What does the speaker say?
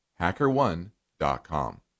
HackerOne.com